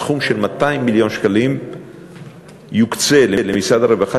סכום של 200 מיליון שקלים יוקצה למשרד הרווחה,